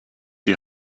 die